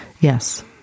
Yes